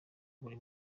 buri